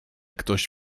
ktoś